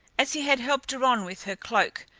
as he had helped her on with her cloak,